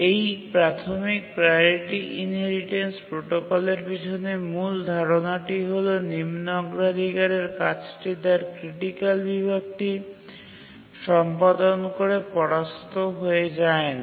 এই প্রাথমিক priority inheritance প্রোটোকলের পিছনে মূল ধারণাটি হল নিম্ন অগ্রাধিকারের কাজটি তার ক্রিটিকাল বিভাগটি সম্পাদন করে পরাস্ত হয়ে যায় না